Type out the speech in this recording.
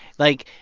like,